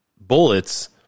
bullets